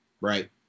right